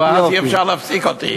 אבל אז אי-אפשר להפסיק אותי.